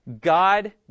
God